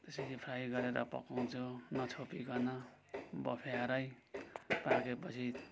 त्यसरी फ्राई गरेर पकाउँछु नछोपिकन बफ्याएरै पाकेपछि